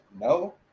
No